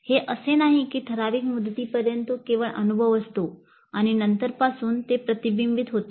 हे असे नाही की ठराविक मुदतीपर्यंत तो केवळ अनुभव असतो आणि नंतरपासून ते प्रतिबिंबित होते